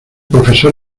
profesor